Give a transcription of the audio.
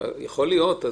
יכול להיות.